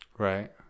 Right